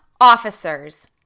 officers